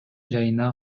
жайына